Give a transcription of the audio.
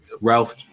Ralph